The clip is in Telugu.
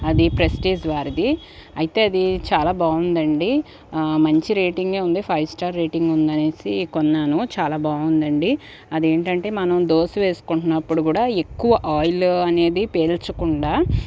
అది ప్రెస్టేజ్ వారిది అయితే అది చాలా బాగుందండీ మంచి రేటింగే ఉంది ఫైవ్ స్టార్ రేటింగ్ ఉందనేసి కొన్నాను చాలా బాగుందండీ అదేంటంటే మనం దోశ వేసుకుంటున్నప్పుడు కూడా ఎక్కువ ఆయిల్ అనేది పీల్చకుండా